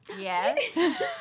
Yes